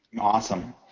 Awesome